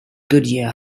goodyear